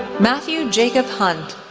matthew jacob huntt,